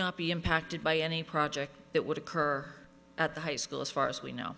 not be impacted by any project that would occur at the high school as far as we know